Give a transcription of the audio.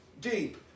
deep